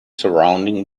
surrounding